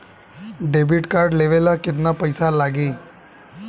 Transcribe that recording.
Debit card लेवे ला केतना पईसा लागी?